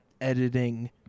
editing